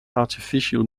artificial